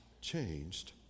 changed